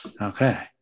Okay